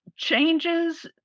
Changes